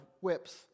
whips